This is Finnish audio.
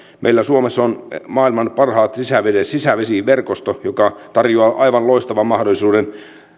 meillä suomessa on maailman parhaat sisävesiverkostot jotka tarjoavat aivan loistavan mahdollisuuden